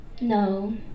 No